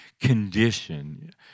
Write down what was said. condition